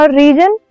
region